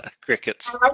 crickets